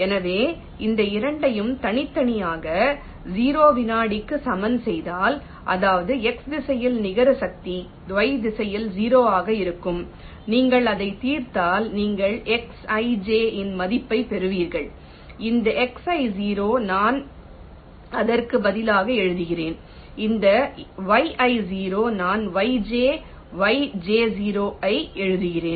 எனவே இந்த இரண்டையும் தனித்தனியாக 0 வினாடிக்கு சமன் செய்தால் அதாவது x திசையில் நிகர சக்தி y திசையில் 0 ஆக இருக்கும் நீங்கள் அதைத் தீர்த்தால் நீங்கள் xij இன் மதிப்பைப் பெறுவீர்கள் இந்த xi0 நான் அதற்கு பதிலாக எழுதுகிறேன் இந்த yi0 நான் yj yj0 ஐ எழுதுகிறேன்